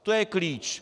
To je klíč!